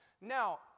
Now